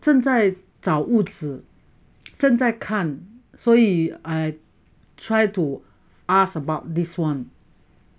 正在找屋子正在看所以 I try to ask about this one